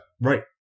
right